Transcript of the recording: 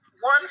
one